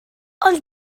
ond